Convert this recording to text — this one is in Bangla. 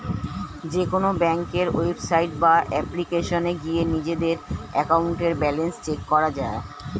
যেকোনো ব্যাংকের ওয়েবসাইট বা অ্যাপ্লিকেশনে গিয়ে নিজেদের অ্যাকাউন্টের ব্যালেন্স চেক করা যায়